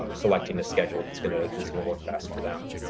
um selecting a schedule that's gonna that's gonna work best for them.